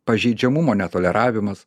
pažeidžiamumo netoleravimas